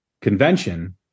convention